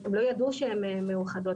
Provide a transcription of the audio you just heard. הם לא ידעו שהן מאוחדות,